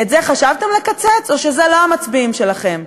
את זה חשבתם לקצץ, או שזה לא המצביעים שלכם?